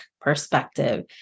perspective